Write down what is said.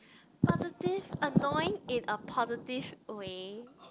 positive annoying in a positive way